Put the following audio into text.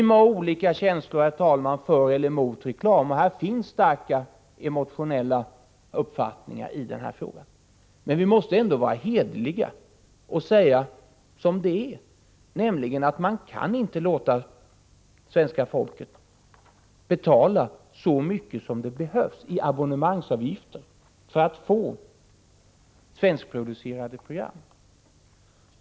Vi må ha olika känslor för eller mot reklam — det finns starka emotionella uppfattningar i den här frågan. Men vi måste ändå vara hederliga och säga som det är, nämligen att man inte kan låta svenska folket betala så mycket som det behövs i abonnemangsavgifter för att få svenskproducerade program.